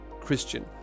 christian